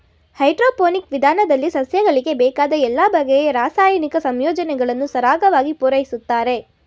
hydroponic ವಿಧಾನದಲ್ಲಿ ಸಸ್ಯಗಳಿಗೆ ಬೇಕಾದ ಎಲ್ಲ ಬಗೆಯ ರಾಸಾಯನಿಕ ಸಂಯೋಜನೆಗಳನ್ನು ಸರಾಗವಾಗಿ ಪೂರೈಸುತ್ತಾರೆ